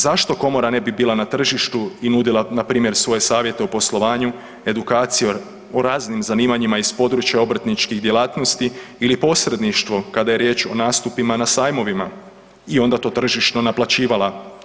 Zašto komora ne bi bila na tržištu i nudila npr. svoje savjete o poslovanju, edukaciji o raznim zanimanjima iz područja obrtničkih djelatnosti ili posredništvu kada je riječ o nastupima na sajmovima i onda to tržišno naplaćivala.